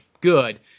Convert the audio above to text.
good